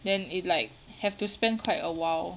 then it like have to spend quite a while